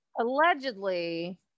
allegedly